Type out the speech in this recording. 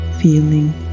feeling